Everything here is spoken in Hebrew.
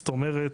זאת אומרת,